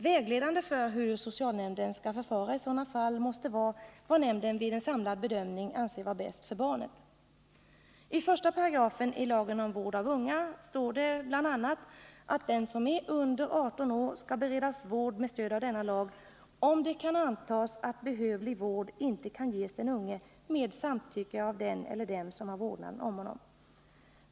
Vägledande för hur socialnämnden skall förfara i sådana fall måste vara vad nämnden vid en samlad bedömning anser vara bäst för barnet. I den första paragrafen i LVU står det bl.a. att den som är under 18 år skall beredas vård med stöd av denna lag om det kan antas att behövlig vård inte kan ges med samtycke av den eller dem som har vårdnaden om honom.